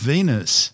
Venus